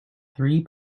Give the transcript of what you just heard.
three